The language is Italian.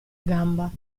gamba